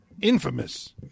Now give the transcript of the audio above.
infamous